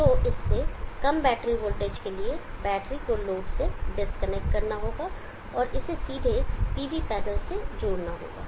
तो इससे कम बैटरी वोल्टेज के लिए बैटरी को लोड से डिस्कनेक्ट करना होगा इसे सीधे PV पैनल से जोड़ना होगा